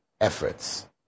efforts